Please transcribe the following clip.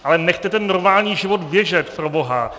Ale nechte ten normální život běžet, proboha.